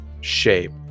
shape